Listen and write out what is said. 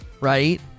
right